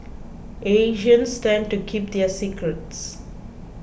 Asians tend to keep their secrets